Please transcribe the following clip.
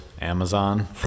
Amazon